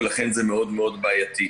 ולכן זה מאוד מאוד בעייתי.